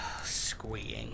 squeeing